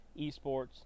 esports